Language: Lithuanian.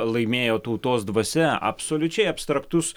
laimėjo tautos dvasia absoliučiai abstraktus